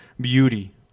beauty